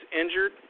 injured